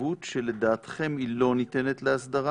ההתיישבות שלדעתכם היא לא ניתנת להסדרה